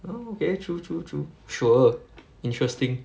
oh okay true true true sure interesting